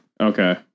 Okay